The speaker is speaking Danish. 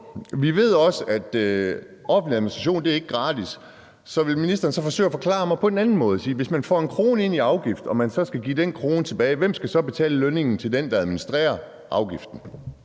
Vi ved også, at offentlig administration ikke er gratis. Så vil ministeren forsøge at forklare mig det på en anden måde? Hvis man får 1 kr. ind i afgift og man så skal give den krone tilbage, hvem skal så betale lønningen til den, der administrerer afgiften?